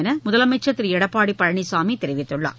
என்று முதலமைச்சர் திரு எடப்பாடி பழனிசாமி தெரிவித்துள்ளார்